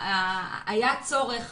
היה צורך